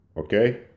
Okay